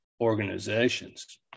organizations